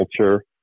culture